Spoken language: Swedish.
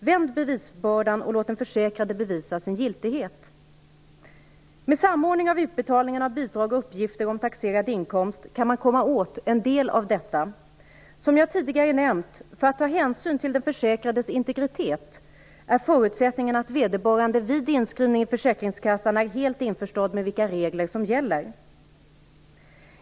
Vänd bevisbördan och låt den försäkrade bevisa sin giltighet! Med samordning av utbetalningarna av bidrag och uppgifter om taxerad inkomst kan man komma åt en del av detta. Som jag tidigare nämnt är förutsättningarna för att hänsyn skall tas till den försäkrades integritet att vederbörande vid inskrivning i Försäkringskassan är helt införstådd med vilka regler som gäller.